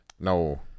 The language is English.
No